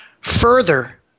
Further